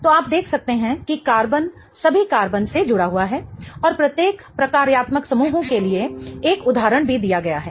तो आप देख सकते हैं कि कार्बन सभी कार्बन से जुड़ा हुआ है और प्रत्येक प्रकार्यात्मक समूहों के लिए एक उदाहरण भी दिया गया है